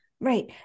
Right